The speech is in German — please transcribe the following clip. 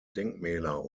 denkmäler